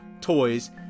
Toys